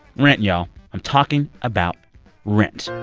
rent, y'all. i'm talking about rent.